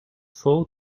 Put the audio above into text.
full